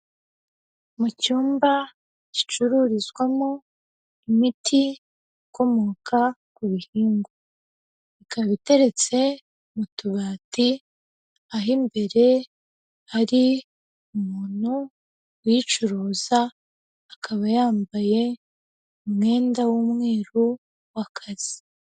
Mu cyumba gicururizwamo imiti ikomoka ku bihingwa, ikaba iteretse mu tubati aho imbere hari umuntu uyicuruza akaba yambaye umwenda w'umweru w'akazi.